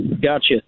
Gotcha